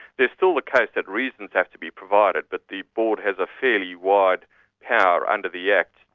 there's still the case that reasons have to be provided, but the board has a fairly wide power under the act,